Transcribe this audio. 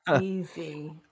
Easy